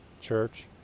Church